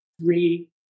three